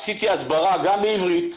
עשיתי הסברה גם בעברית,